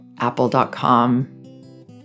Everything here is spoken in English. apple.com